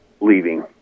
leaving